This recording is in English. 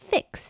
Fix